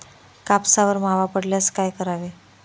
कापसावर मावा पडल्यास काय करावे?